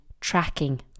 tracking